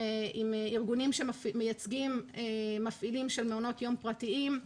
עם ארגונים שמייצגים מפעילים של מעונות יום פרטיים.